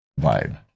vibe